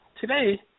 today